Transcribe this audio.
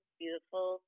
beautiful